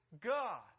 God